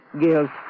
Guilt